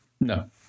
no